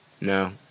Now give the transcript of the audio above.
No